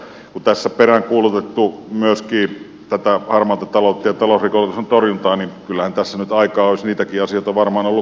kun tässä on peräänkuulutettu myöskin tätä harmaan talouden ja talousrikollisuuden torjuntaa niin kyllähän tässä nyt aikaa olisi varmaan ollut niitäkin asioita katsoa